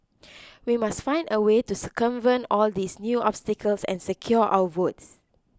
we must find a way to circumvent all these new obstacles and secure our votes